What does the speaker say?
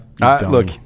look